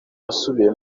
nasubiye